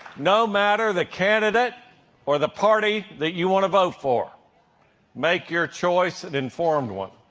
no matter the candidate or the party that you want to vote for make your choice an informed one.